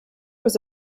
was